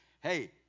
Hey